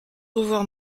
revoir